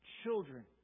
Children